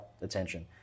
attention